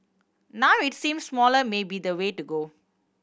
now it seems smaller may be the way to go